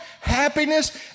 happiness